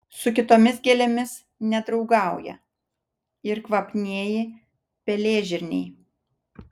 su kitomis gėlėmis nedraugauja ir kvapnieji pelėžirniai